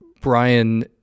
Brian